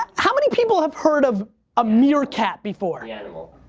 how many people have heard of a meerkat before? yeah aw,